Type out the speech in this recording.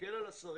יקל על השרים